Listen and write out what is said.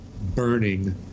burning